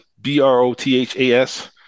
B-R-O-T-H-A-S